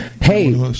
Hey